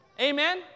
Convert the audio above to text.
Amen